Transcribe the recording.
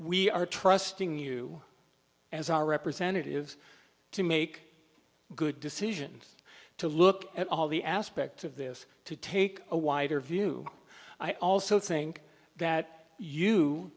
we are trusting you as our representatives to make good decisions to look at all the aspects of this to take a wider view i also think that you